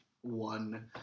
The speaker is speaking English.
one